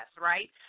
right